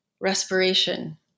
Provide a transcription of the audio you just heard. respiration